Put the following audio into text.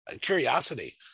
curiosity